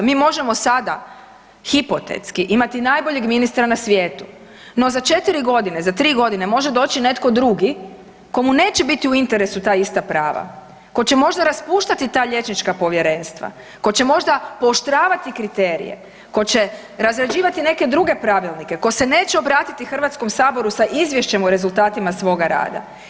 Mi možemo sada hipotetski imati najboljeg ministra na svijetu, no za 4 godine, za 3 godine može doći netko drugi kome neće biti u interesu ta ista prava, tko će možda raspuštati ta liječnička povjerenstva, tko će možda pooštravati kriterije, tko će razrađivati neke druge pravilnike, tko se neće obratiti Hrvatskom saboru sa izvješćem o rezultatima svoga rada.